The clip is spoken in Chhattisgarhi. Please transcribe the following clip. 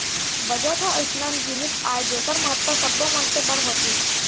बजट ह अइसन जिनिस आय जेखर महत्ता सब्बो मनसे बर होथे